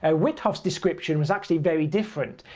ah wythoff's description was actually very different.